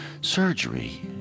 surgery